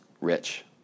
rich